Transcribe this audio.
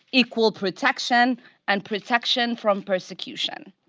equal protection and protection from persecution.